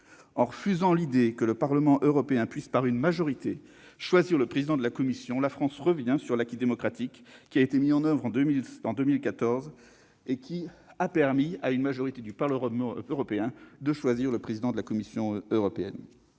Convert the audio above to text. en refusant l'idée que le Parlement européen puisse, par une majorité, choisir le président de la Commission européenne, la France est revenue sur l'acquis démocratique mis en oeuvre en 2014, qui avait permis à une majorité du Parlement européen de choisir le président de la Commission européenne.